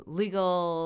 legal